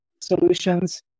solutions